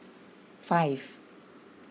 five